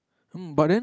hmm but then